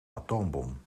atoombom